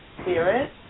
Spirit